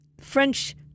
French